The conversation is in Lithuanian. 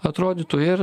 atrodytų ir